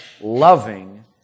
loving